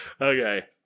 Okay